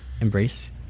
embrace